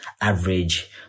average